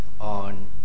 on